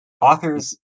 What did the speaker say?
Authors